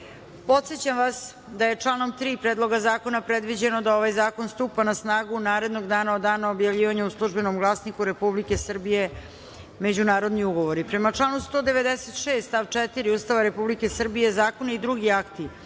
načelu. Podsećam vas da je članom 3. Predloga zakona predviđeno da ovaj zakon stupa na snagu narednog dana od dana objavljivanja u „Službenom glasniku Republike Srbije – Međunarodni ugovori“.Prema članu 196. stav 4. Ustava Republike Srbije zakoni i drugi akti